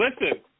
Listen